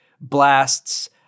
blasts